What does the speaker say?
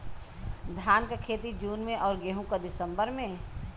धान क खेती जून में अउर गेहूँ क दिसंबर में?